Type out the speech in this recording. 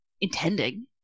intending